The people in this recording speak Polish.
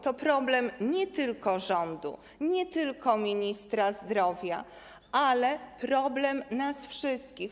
To problem nie tylko rządu, nie tylko ministra zdrowia, ale problem nas wszystkich.